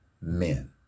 men